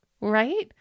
right